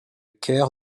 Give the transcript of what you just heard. cœur